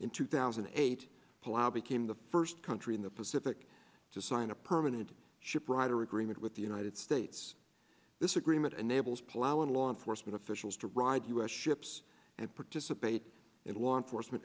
in two thousand and eight plow became the first country in the pacific to sign a permanent ship rider agreement with the united states this agreement unable palauan law enforcement officials to ride u s ship this and participate in law enforcement